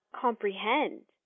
comprehend